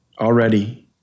already